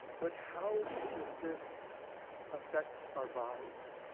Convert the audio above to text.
but how does this affect our bodies?